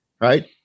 right